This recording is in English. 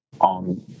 On